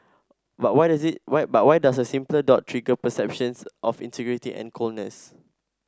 but why does it why but why does a simple dot trigger perceptions of insincerity and coldness